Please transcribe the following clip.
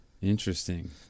interesting